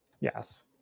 Yes